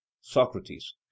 Socrates